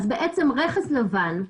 בעצם רכס לבן,